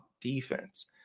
defense